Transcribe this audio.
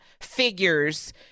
figures